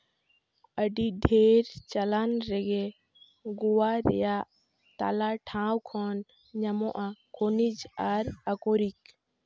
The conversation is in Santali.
ᱟᱹᱰᱤ ᱰᱷᱮᱨ ᱪᱟᱞᱟᱱ ᱨᱮᱜᱮ ᱜᱳᱣᱟ ᱨᱮᱭᱟᱜ ᱛᱟᱞᱟ ᱴᱷᱟᱵ ᱠᱷᱚᱱ ᱧᱟᱢᱚᱜᱼᱟ ᱠᱷᱚᱱᱤᱡ ᱟᱨ ᱟᱠᱚᱨᱤᱠ